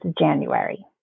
January